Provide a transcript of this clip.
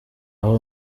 aho